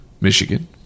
Michigan